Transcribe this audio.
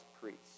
priests